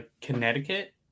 connecticut